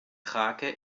krake